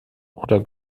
oder